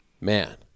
man